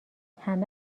همه